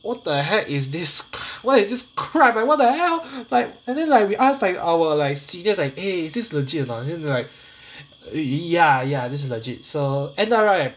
what the heck is this what is this crap like what the hell like and then like we ask like our like seniors like eh is this or not then they're like ya ya this is legit so end up right